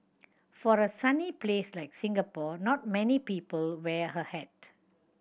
for a sunny place like Singapore not many people wear a hat